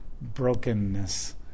brokenness